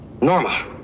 Norma